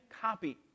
copy